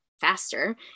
faster